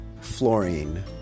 fluorine